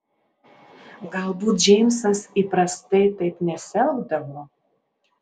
galbūt džeimsas įprastai taip nesielgdavo